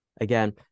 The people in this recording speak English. Again